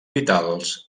vitals